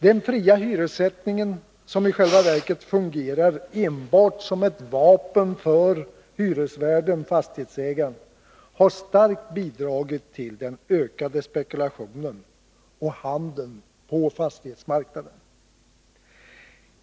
Den fria hyressättningen, som i själva verket fungerar enbart som ett vapen för hyresvärden-fastighetsägaren, har starkt bidragit till den ökade spekulationen och handeln på fastighetsmarknaden.